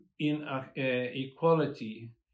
inequality